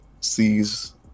sees